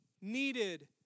needed